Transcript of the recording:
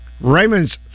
Raymond's